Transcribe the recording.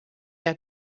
had